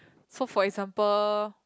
so for example